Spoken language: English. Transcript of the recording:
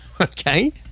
okay